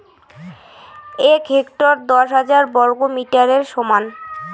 এক হেক্টর দশ হাজার বর্গমিটারের সমান